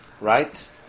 right